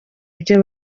ibyo